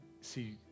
see